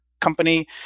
company